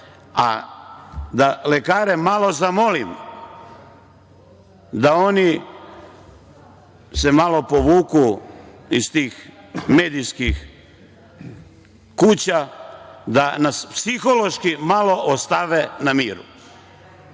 Lekare bih malo zamolio da oni se malo povuku iz tih medijskih kuća, da nas psihološki malo ostave na miru.